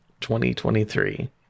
2023